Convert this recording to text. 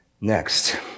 Next